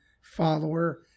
follower